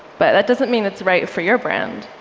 but that doesn't mean it's right for your brand.